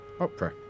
opera